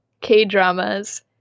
K-dramas